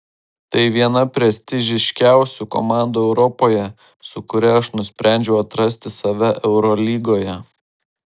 tai viena prestižiškiausių komandų europoje su kuria aš nusprendžiau atrasti save eurolygoje